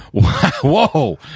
Whoa